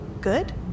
Good